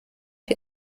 die